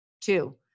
Two